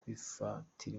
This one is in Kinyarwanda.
kwifatira